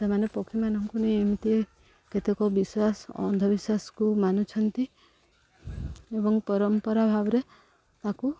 ସେମାନେ ପକ୍ଷୀମାନଙ୍କୁ ନେଇ ଏମିତି କେତେକ ବିଶ୍ୱାସ ଅନ୍ଧବିଶ୍ୱାସକୁ ମାନୁଛନ୍ତି ଏବଂ ପରମ୍ପରା ଭାବରେ ତାକୁ